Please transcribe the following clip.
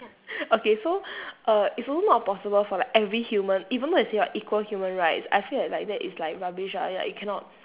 okay so err it's also not possible for like every human even though they say what equal human rights I feel like like that is like rubbish ah like you cannot